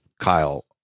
Kyle